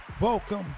Welcome